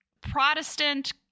Protestant